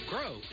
Grow